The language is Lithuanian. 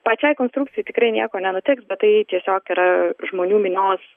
pačiai konstrukcijai tikrai nieko nenutiks bet tai tiesiog yra žmonių minios